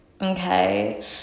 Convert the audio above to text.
okay